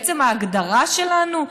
בעצם ההגדרה שלנו?